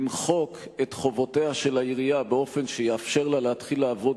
למחוק את חובותיה של העירייה באופן שיאפשר לה להתחיל לעבוד